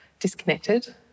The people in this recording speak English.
disconnected